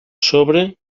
sobre